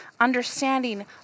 understanding